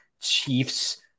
Chiefs